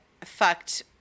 fucked